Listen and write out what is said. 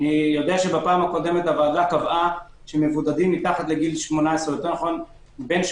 בפעם הקודמת הוועדה קבעה שמבודדים בין גילאים 17